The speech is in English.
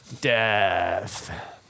Death